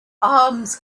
arms